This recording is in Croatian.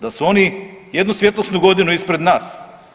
Da su oni jednu svjetlosnu godinu ispred nas.